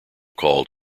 called